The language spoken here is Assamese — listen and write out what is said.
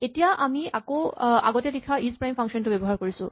এতিয়া আকৌ আমি আগতে লিখা ইজপ্ৰাইম ফাংচন টো ব্যৱহাৰ কৰিছো